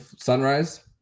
Sunrise